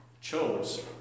chose